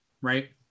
right